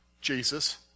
Jesus